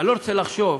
אני לא רוצה לחשוב,